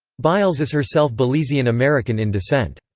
biles is herself belizean-american in descent.